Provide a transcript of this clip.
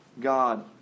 God